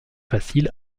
facile